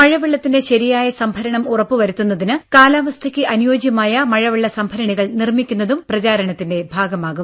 മഴവെള്ളത്തിന്റെ ശരിയായ സംഭരണം ഉറപ്പുവരുത്തുന്നതിന് കാലാവസ്ഥക്ക് അനുയോജ്യമായ മഴവെള്ള സംഭരണികൾ നിർമ്മിക്കുന്നതും പ്രചാരണത്തിന്റെ ഭാഗമാകും